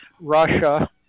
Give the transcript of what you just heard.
Russia